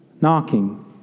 knocking